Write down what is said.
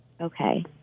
Okay